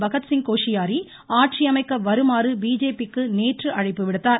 பகத்சிங் கோஷியாரி ஆட்சியமைக்க வருமாறு பிஜேபிக்கு நேற்று அழைப்பு விடுத்தார்